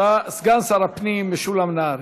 סגן שר הפנים משולם נהרי.